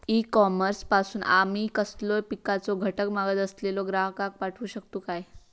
E commerce पासून आमी कसलोय पिकाचो घटक मागत असलेल्या ग्राहकाक पाठउक शकतू काय?